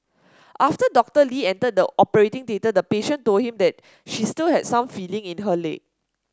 after Doctor Lee entered the operating theatre the patient told him that she still had some feeling in her leg